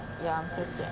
ya so sad